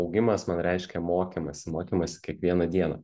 augimas man reiškia mokymąsi mokymąsi kiekvieną dieną